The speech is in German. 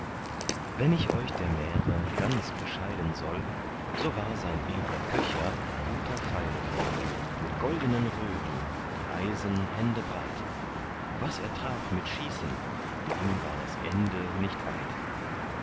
wenn ich euch der märe ganz bescheiden soll so war sein edler köcher guter pfeile voll mit goldenen röhren die eisen händebreit was er traf mit schießen dem war das ende nicht weit